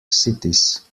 cities